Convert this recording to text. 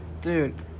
Dude